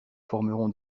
formeront